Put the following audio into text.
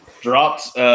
drops